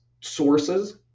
sources